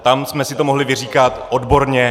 Tam jsme si to mohli vyříkat odborně.